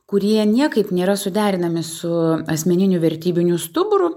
kurie niekaip nėra suderinami su asmeniniu vertybiniu stuburu